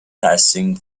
passing